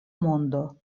mondo